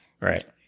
Right